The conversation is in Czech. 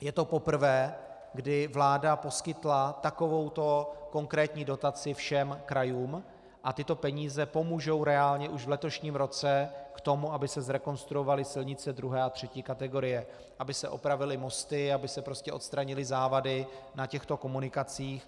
Je to poprvé, kdy vláda poskytla takovouto konkrétní dotaci všem krajům, a tyto peníze pomůžou reálně už v letošním roce k tomu, aby se zrekonstruovaly silnice druhé a třetí kategorie, aby se opravily mosty, aby se prostě odstranily závady na těchto komunikacích.